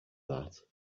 that